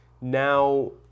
Now